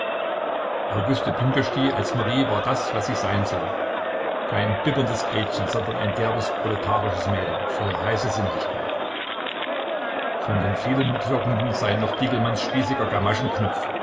auguste pünkösdy als marie war was sie sein soll kein bibberndes gretchen sondern ein derbes proletarisches mädel voll heißer sinnlichkeit von den vielen mitwirkenden seien noch diegelmanns spießiger